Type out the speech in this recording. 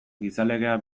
gizalegea